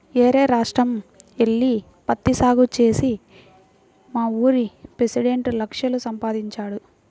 యేరే రాష్ట్రం యెల్లి పత్తి సాగు చేసి మావూరి పెసిడెంట్ లక్షలు సంపాదించాడు